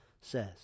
says